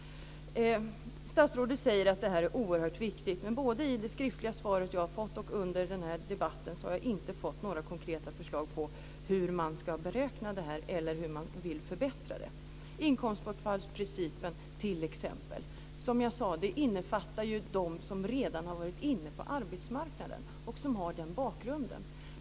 Statsrådet säger att det här är oerhört viktigt, men jag har varken i det skriftliga svaret eller under den här debatten fått några konkreta förslag på hur man ska beräkna det här eller hur man vill förbättra det. Inkomstbortfallsprincipen t.ex. innefattar ju, som jag sade, dem som redan har varit inne på arbetsmarknaden och som har den bakgrunden.